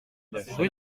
rue